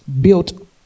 built